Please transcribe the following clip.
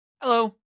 hello